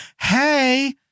hey